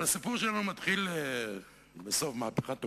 אבל הסיפור שלנו מתחיל בסוף מהפכת אוקטובר,